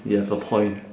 you have a point